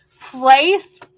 place